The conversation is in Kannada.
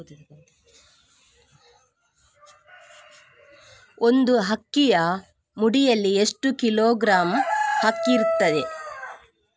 ಒಂದು ಅಕ್ಕಿಯ ಮುಡಿಯಲ್ಲಿ ಎಷ್ಟು ಕಿಲೋಗ್ರಾಂ ಅಕ್ಕಿ ಇರ್ತದೆ?